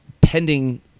pending